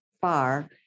Far